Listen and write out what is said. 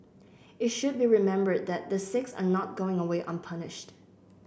it should be remembered that the six are not going away unpunished